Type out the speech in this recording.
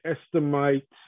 estimate